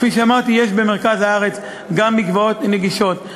כפי שאמרתי, יש גם במרכז הארץ מקוואות נגישות.